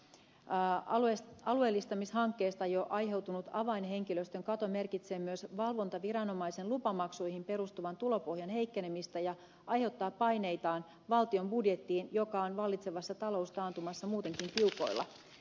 he toteavat että alueellistamishankkeesta jo aiheutunut avainhenkilöstön kato merkitsee myös valvontaviranomaisen lupamaksuihin perustuvan tulopohjan heikkenemistä ja aiheuttaa paineita valtion budjettiin joka on vallitsevassa taloustaantumassa muutenkin tiukoilla